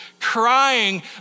crying